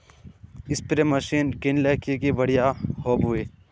Spray machine किनले की बढ़िया होबवे?